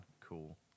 cool